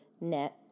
net